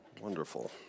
Wonderful